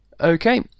Okay